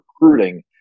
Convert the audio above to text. recruiting